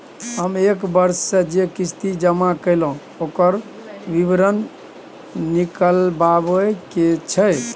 हम एक वर्ष स जे किस्ती जमा कैलौ, ओकर विवरण निकलवाबे के छै?